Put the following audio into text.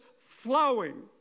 flowing